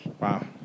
Wow